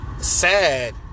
sad